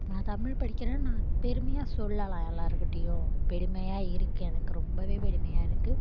நான் தமிழ் படிக்கிறேன் நான் பெருமையாக சொல்லலாம் எல்லாருகிட்டேயும் பெருமையாக இருக்குது எனக்கு ரொம்பவே பெருமையாக இருக்குது